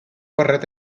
barret